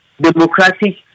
democratic